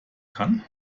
kann